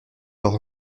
leurs